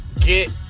get